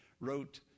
Wrote